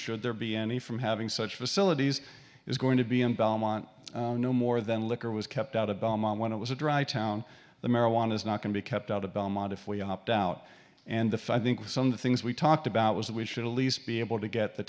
should there be any from having such facilities is going to be in belmont no more than liquor was kept out of belmont when it was a dry town the marijuana is not going to be kept out of belmont if we opt out and the five think some of the things we talked about was that we should at least be able to get the